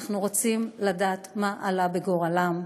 אנחנו רוצים לדעת מה עלה בגורלם.